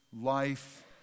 life